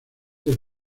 del